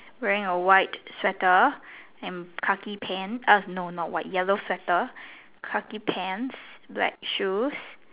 wearing a white sweater and khaki pants um no not white yellow sweater khaki pants black shoes